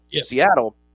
Seattle